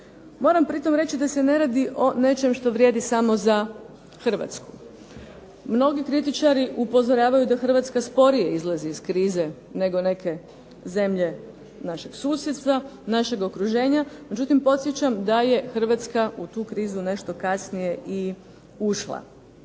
Moram pritom reći da se ne radi o nečem što vrijedi samo za Hrvatsku. Mnogi kritičari upozoravaju da Hrvatska sporije izlazi iz krize nego neke zemlje našeg susjedstva, našeg okruženja. Međutim, podsjećam da je Hrvatska u tu krizu nešto kasnije i ušla.